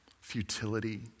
Futility